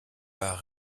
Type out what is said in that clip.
pas